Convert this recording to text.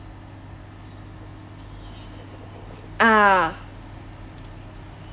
ah